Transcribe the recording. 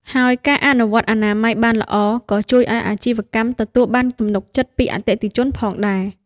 ហើយការអនុវត្តអនាម័យបានល្អក៏ជួយឱ្យអាជីវកម្មទទួលបានទំនុកចិត្តពីអតិថិជនផងដែរ។